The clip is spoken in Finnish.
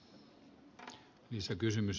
herra puhemies